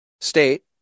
State